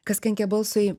kas kenkia balsui